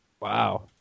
Wow